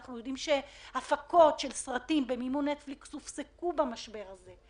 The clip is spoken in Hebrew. אנחנו יודעים שהפקות של סרטים במימון נטפליקס הופסקו במשבר הזה,